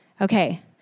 Okay